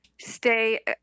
stay